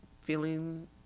feeling